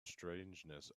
strangeness